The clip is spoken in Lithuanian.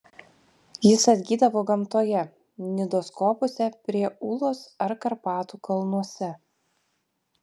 jis atgydavo gamtoje nidos kopose prie ūlos ar karpatų kalnuose